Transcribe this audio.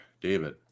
David